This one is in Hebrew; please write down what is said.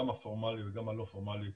גם הפורמלי וגם הלא פורמלי,